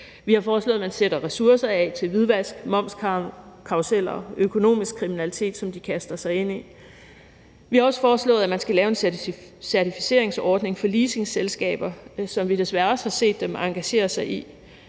Vi har foreslået, at man sætter ressourcer af i forhold til hvidvask, momskarruseller og økonomisk kriminalitet, som de kaster sig ind i. Vi har også foreslået, at man skal lave en certificeringsordning for leasingselskaber, som vi desværre også har set dem engagere sig i,